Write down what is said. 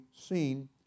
seen